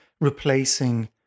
replacing